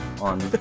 on